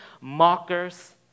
mockers